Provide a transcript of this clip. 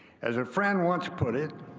as a friend once put it,